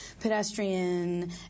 pedestrian